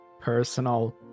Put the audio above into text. personal